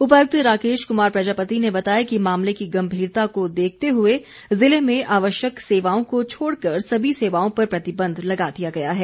उपायुक्त राकेश कुमार प्रजापति ने बताया कि मामले की गंभीरता को देखते हुए जिले में आवश्यक सेवाओं को छोड़कर सभी सेवाओं पर प्रतिबंध लगा दिया गया है